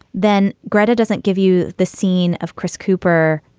then gretta doesn't give you the scene of chris cooper